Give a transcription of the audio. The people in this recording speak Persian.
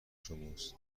شماست